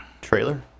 trailer